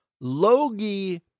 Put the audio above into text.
Logie